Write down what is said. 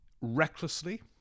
recklessly